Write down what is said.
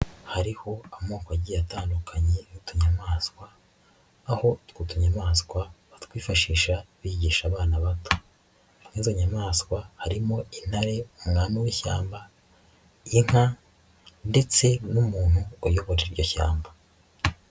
Hariho amoko agiye atandukanye y'utunyamaswa, aho utwo tunyamaswa batwifashisha bigisha abana bato, mu izo nyamaswa harimo intare umwami w'ishyamba, inka ndetse n'umuntu uyobora iryo shyamba.